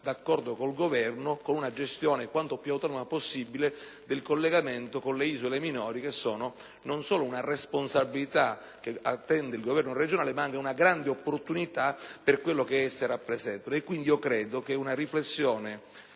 d'accordo con il Governo, con una gestione il più autonoma possibile del collegamento con le isole minori, che sono non solo una responsabilità che attiene al Governo regionale, ma anche una grande opportunità per quello che esse rappresentano. Credo che una riflessione